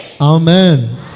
Amen